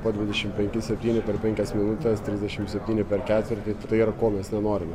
po dvidešimt penki septyni per penkias minutes trisdešimt septyni per ketvirtį tai ko mes nenorime